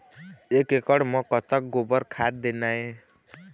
एक एकड़ म कतक गोबर खाद देना ये?